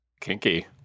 Kinky